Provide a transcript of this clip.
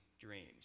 dreams